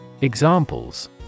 Examples